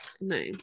no